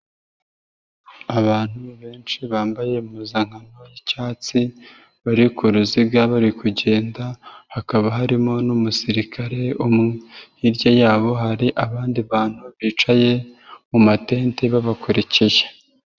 Abantu benshi bambaye impuzankano y'icyatsi, bari kuziga bari kugenda, hakaba harimo n'umusirikare umwe. Hirya yabo hari abandi bantu bicaye matete babakurikiye.